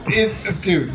Dude